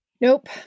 Nope